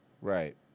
Right